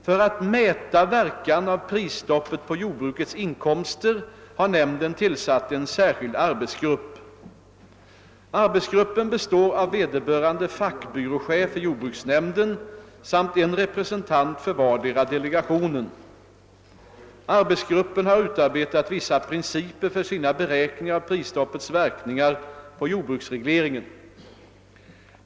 För att mäta verkan av prisstoppet på jordbrukets inkomster har nämnden tillsatt en särskild arbetsgrupp. Arbetsgruppen består av vederbörande fackbyråchef i jordbruksnämnden samt en representant för vardera delegationen. Arbetsgruppen har utarbetat vissa principer för sina beräkningar av prisstoppets verkningar på jordbruksprisregleringen.